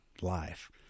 life